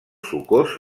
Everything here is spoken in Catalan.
sucós